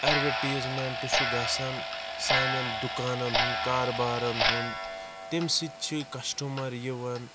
advertisement چھُ گژھان سانین دُکانن ہُند کاروبارن ہُند تَمہِ سۭتۍ چھِ کَسٹَمر یِوان